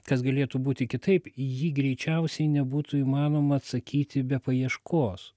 kas galėtų būti kitaip į jį greičiausiai nebūtų įmanoma atsakyti be paieškos